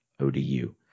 ODU